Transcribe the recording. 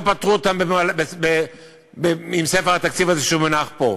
פתרו אותן עם ספר התקציב הזה שמונח פה.